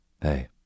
Hey